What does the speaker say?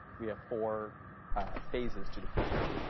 we have four phases to the program.